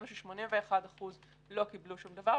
זה דיון שאין ראוי ממנו בזמן הזה שבו מתחילים להתברר נתוני התעסוקה.